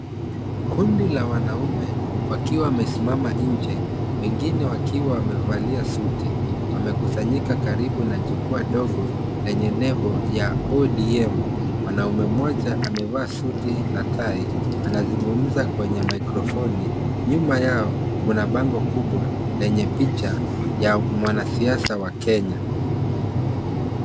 Kundi la wanaume wakiwa wamesimama nje wengine wakiwa wamevalia suti wamekusanyika karibu na jukwaa ndogo lenye nembo ya ODM. Mwanaume moja amevaa suti na tai anazungumza kwenye microphone nyuma yao kuna bango kubwa lenye picha ya mwanasiasa wa Kenya.